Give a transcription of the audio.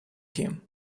him